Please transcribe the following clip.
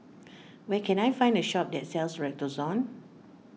where can I find a shop that sells Redoxon